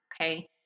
okay